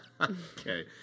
Okay